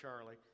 Charlie